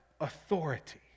authority